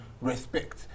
respect